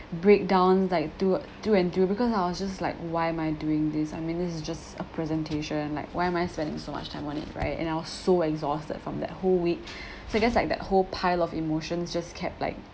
breakdown like do do and do because I was just like why am I doing this I mean this is just a presentation like why am I spending so much time on it right and I was so exhausted from that whole week so just like that whole pile of emotions just kept like